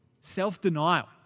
Self-denial